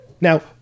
Now